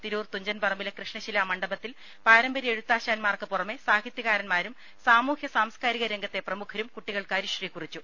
തിരൂർ തുഞ്ചൻ പറമ്പിലെ കൃഷ്ണശിലാ മണ്ഡപത്തിൽ പാരമ്പര്യ എഴുത്താശ്ശാൻമാർക്ക് പുറമെ സാഹിത്യകാരന്മാരും സാമൂഹ്യ സാംസ്കാരിക രംഗത്തെ പ്രമുഖരും കുട്ടികൾക്ക് ഹരിശ്രീ കുറിച്ചു